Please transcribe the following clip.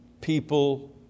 people